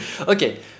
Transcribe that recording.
okay